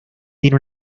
tiene